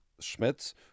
Schmitz